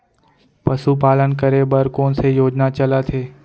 पशुपालन करे बर कोन से योजना चलत हे?